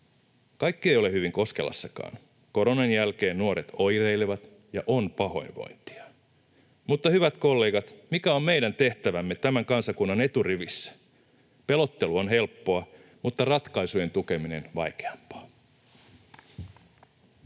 Kaikki ei ole hyvin Koskelassakaan. Koronan jälkeen nuoret oireilevat, ja on pahoinvointia. Mutta, hyvät kollegat, mikä on meidän tehtävämme tämän kansakunnan eturivissä? Pelottelu on helppoa mutta ratkaisujen tukeminen vaikeampaa.